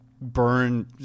burn